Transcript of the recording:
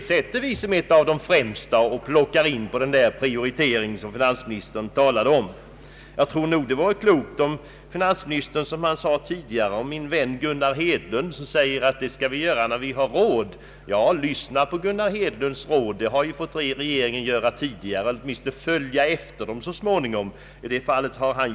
Vi sätter denna fråga som en av de främsta och plockar in den på den prioriteringslista som finansministern talade om. Finansministern åberopade att hans vän Gunnar Hedlund säger: Det skall vi göra när vi har råd. Ja, lyssna på Gunnar Hedlunds råd, det har regeringen fått göra tidigare; åtminstone har man fått följa dem så småningom. Han har visat vägen.